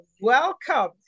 welcome